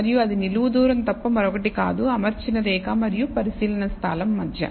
మరియు అది నిలువు దూరం తప్ప మరొకటి కాదు అమర్చిన రేఖ మరియు పరిశీలన స్థానం మధ్య